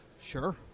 Sure